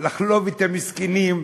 לחלוב את המסכנים,